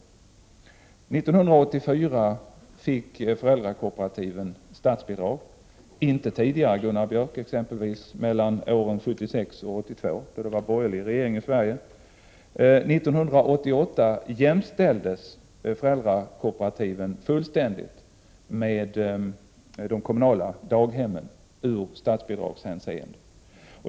År 1984 fick föräldrakooperativen statsbidrag, däremot inte under åren 1976-1982, då Sverige hade en borgerlig regering. År 1988 jämställdes föräldrakooperativen helt med de kommunala daghemmen i statsbidragshänseende.